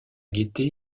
guetter